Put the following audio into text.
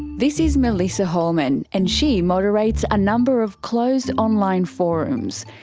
this is melissa holman and she moderates a number of close online forums.